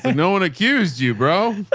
and no one accused you bro.